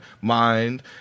mind